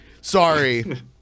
Sorry